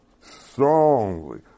strongly